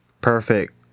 Perfect